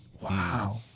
Wow